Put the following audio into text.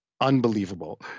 unbelievable